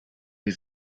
sie